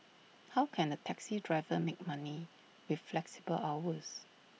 how can A taxi driver make money with flexible hours